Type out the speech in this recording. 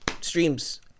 streams